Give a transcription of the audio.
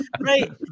Right